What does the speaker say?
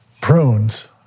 prunes